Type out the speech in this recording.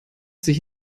sich